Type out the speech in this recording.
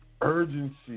urgency